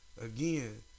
again